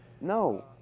No